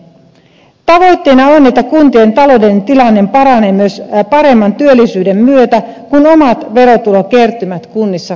tavoitteena on että kuntien taloudellinen tilanne paranee myös paremman työllisyyden myötä kun omat verotulokertymät kunnissa kasvavat